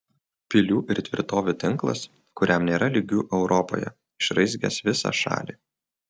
pilių ir tvirtovių tinklas kuriam nėra lygių europoje išraizgęs visą šalį